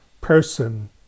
person